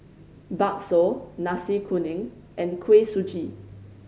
bakso Nasi Kuning and Kuih Suji